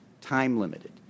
time-limited